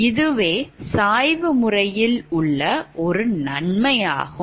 இதுவே சாய்வு முறையில் உள்ள ஒரு நன்மை ஆகும்